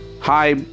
hi